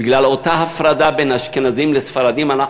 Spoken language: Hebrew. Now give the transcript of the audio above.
בגלל אותה הפרדה בין אשכנזים לספרדים אנחנו